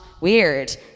weird